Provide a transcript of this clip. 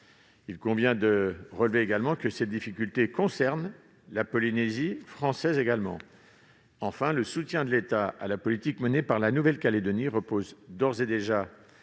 Il convient de relever que ce problème concerne la Polynésie française également. Enfin, le soutien de l'État à la politique menée par la Nouvelle-Calédonie repose d'ores et déjà